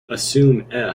assume